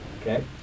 Okay